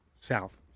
south